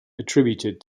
attributed